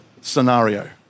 scenario